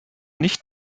nicht